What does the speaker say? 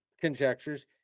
conjectures